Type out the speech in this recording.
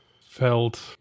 felt